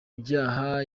byaha